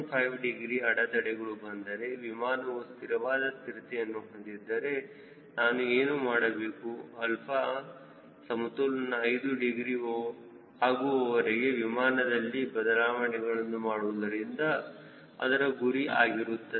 5 degree ಅಡೆತಡೆಗಳು ಬಂದರೆ ವಿಮಾನವು ಸ್ಥಿರವಾದ ಸ್ಥಿರತೆಯನ್ನು ಹೊಂದಿದ್ದರೆ ನಾನು ಏನು ಮಾಡಬೇಕು ಅಲ್ಪ ಸಮತೋಲನ 5 ಡಿಗ್ರಿ ಆಗುವವರೆಗೂ ವಿಮಾನದಲ್ಲಿ ಬದಲಾವಣೆಗಳನ್ನು ಮಾಡುವುದು ಅದರ ಗುರಿ ಆಗಿರುತ್ತದೆ